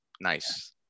Nice